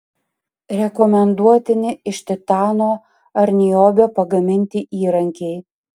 rekomenduotini iš titano ar niobio pagaminti įrankiai